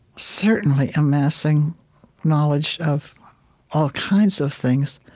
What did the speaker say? certainly amassing knowledge of all kinds of things,